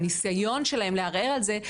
הניסיון שלהן לערער על זה,